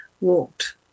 walked